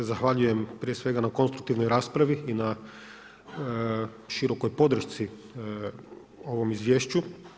Zahvaljujem prije svega na konstruktivnoj raspravi i na širokoj podršci ovom izvješću.